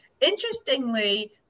interestingly